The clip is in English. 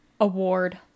award